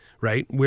right